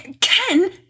Ken